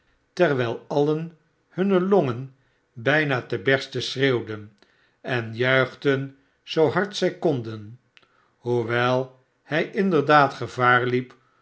terwijl alien hunne longen bijna te bersten schreeuwden en juichten zoo hard zij konden hoewel hij inderdaad gevaar liep